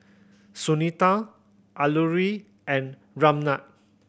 Sunita Alluri and Ramnath